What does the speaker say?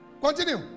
Continue